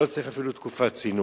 ולא צריך אפילו תקופת צינון.